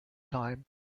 time